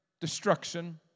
destruction